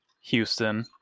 Houston